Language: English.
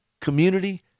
community